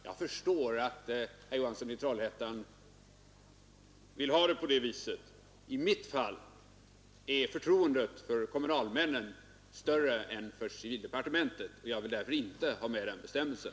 Jag förstår att herr Johansson i Trollhättan vill ha det så. I mitt fall är förtroendet för kommunalmännen större än förtroendet för civildepartementet, och jag vill därför inte ha med den bestämmelsen.